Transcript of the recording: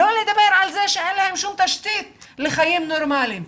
לא לדבר על זה שאין להם שום תשתית לחיים נורמליים.